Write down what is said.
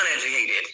uneducated